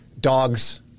dogs